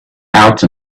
out